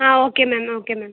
ആ okay ma'am okay മാം